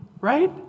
right